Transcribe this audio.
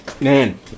Man